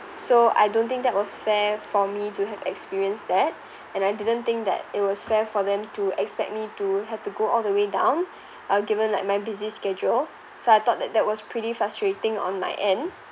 so I don't think that was fair for me to have experienced that and I didn't think that it was fair for them to expect me to have to go all the way down uh given like my busy schedule so I thought that that was pretty frustrating on my end